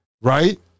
Right